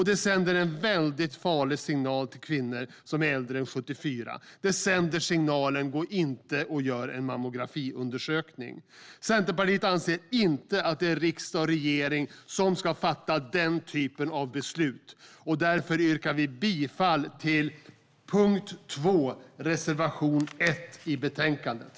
Det sänder en farlig signal till kvinnor som är äldre än 74 att inte göra mammografiundersökning. Centerpartiet anser inte att riksdag och regering ska fatta denna typ av beslut. Därför yrkar jag bifall till reservation 1 under punkt 2.